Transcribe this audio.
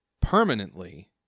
permanently